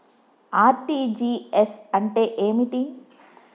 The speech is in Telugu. ఆర్.టి.జి.ఎస్ అంటే ఏమిటి?